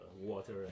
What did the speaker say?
water